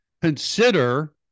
consider